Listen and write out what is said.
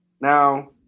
Now